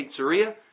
pizzeria